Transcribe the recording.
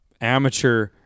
amateur